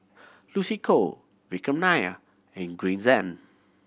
Lucy Koh Vikram Nair and Green Zeng